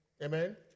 Amen